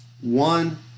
one